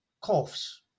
coughs